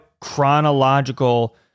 chronological